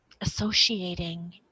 associating